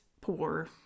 poor